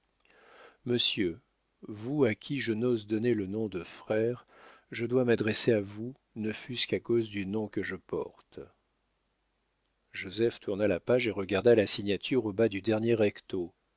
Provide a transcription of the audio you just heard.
monsieur vous à qui je n'ose donner le nom de frère je dois m'adresser à vous ne fût-ce qu'à cause du nom que je porte joseph tourna la page et regarda la signature au bas du dernier recto